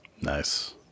Nice